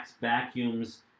vacuums